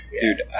dude